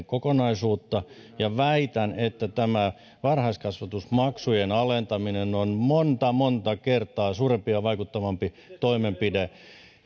kokonaisuutta ja väitän että varhaiskasvatusmaksujen alentaminen on monta monta kertaa suurempi ja vaikuttavampi toimenpide